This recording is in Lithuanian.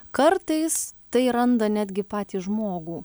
kartais tai randa netgi patį žmogų